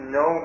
no